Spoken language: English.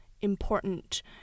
important